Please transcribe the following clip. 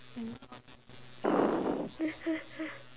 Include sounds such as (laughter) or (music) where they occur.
mm (laughs)